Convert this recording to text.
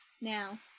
now